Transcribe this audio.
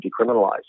decriminalized